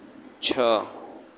છ